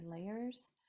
layers